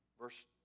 Verse